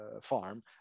farm